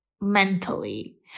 mentally